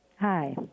Hi